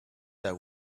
that